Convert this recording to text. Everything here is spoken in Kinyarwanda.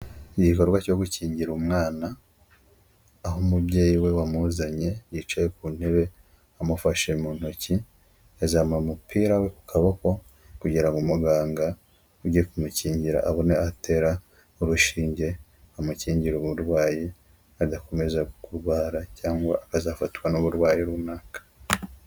Igikorwa cyo gukingira umwana, aho umubyeyi we wamuzanye yicaye ku ntebe amufashe mu ntoki yazamuye umupira we ku kaboko kugira ngo muganga ugiye kumukingira abone aho atera urushinge amukingira uburwayi, adakomeza kurwara cyangwa akazafatwa n'uburwayi runaka.